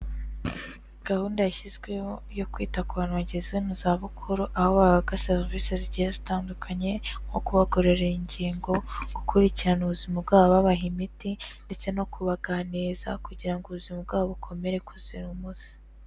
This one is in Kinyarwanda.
Gahunda yashyizweho yo kwita ku bantu bageze mu zabukuru, aho bahabwa serivisi zigiye zitandukanye, nko kubakorera ingingo, gukurikirana ubuzima bwabo babaha imiti ndetse no kubaganiza kugira ngo ubuzima bwabo bukomeze kuzira umuze.